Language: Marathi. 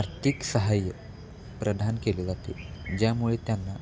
आर्थिक सहाय्य प्रदान केले जाते ज्यामुळे त्यांना